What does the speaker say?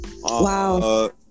Wow